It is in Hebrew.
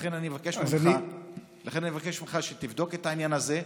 לכן אני מבקש ממך שתבדוק את העניין הזה,